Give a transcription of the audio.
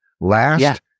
last